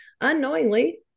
unknowingly